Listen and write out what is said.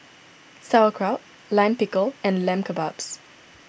Sauerkraut Lime Pickle and Lamb Kebabs